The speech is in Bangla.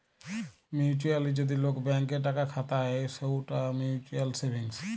মিউচুয়ালি যদি লোক ব্যাঙ্ক এ টাকা খাতায় সৌটা মিউচুয়াল সেভিংস